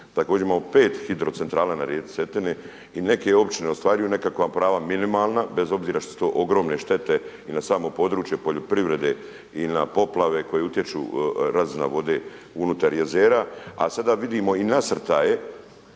također imamo 5 hidrocentrala na rijeci Cetini. I neke općine ostvaruju nekakva prava minimalna bez obzira što su to ogromne štete i na samo područje poljoprivrede ili na poplave koje utječu, razina vode unutar jezera. A sada vidimo i nasrtaje